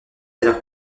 alors